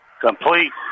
Complete